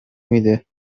میده